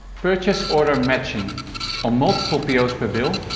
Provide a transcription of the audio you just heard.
purchase order matching on multiple po's per bill,